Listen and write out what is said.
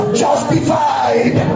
justified